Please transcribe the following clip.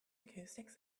acoustics